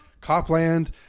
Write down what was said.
Copland